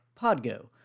Podgo